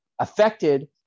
affected